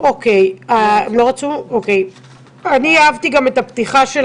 זה הפוליטיים,